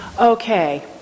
Okay